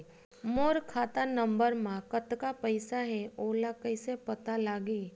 मोर खाता नंबर मा कतका पईसा हे ओला कइसे पता लगी?